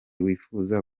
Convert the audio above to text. wifuza